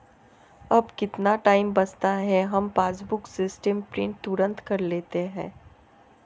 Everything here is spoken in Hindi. अब कितना टाइम बचता है, हम पासबुक स्टेटमेंट प्रिंट तुरंत कर लेते हैं